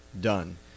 done